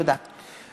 תודה.